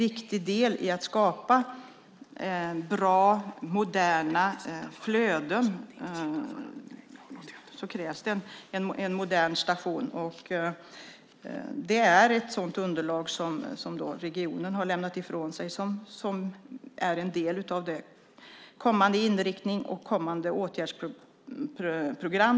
För att skapa bra, moderna flöden krävs det en modern station. En del av det underlag som regionen har lämnat ifrån sig innehåller kommande inriktning och kommande åtgärdsprogram.